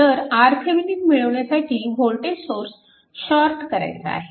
तर RThevenin मिळवण्यासाठी voltage source short करायचा आहे